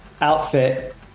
Outfit